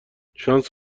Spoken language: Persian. شانس